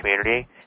community